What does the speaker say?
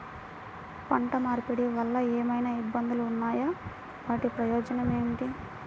పంట మార్పిడి వలన ఏమయినా ఇబ్బందులు ఉన్నాయా వాటి ప్రయోజనం ఏంటి?